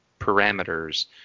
parameters